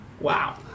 Wow